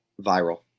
Viral